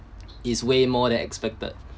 is way more than expected